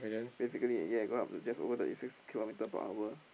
basically yeah go up to just over thirty six kilometre per hour